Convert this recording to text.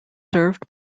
served